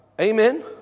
Amen